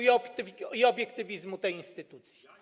i obiektywizmu tej instytucji.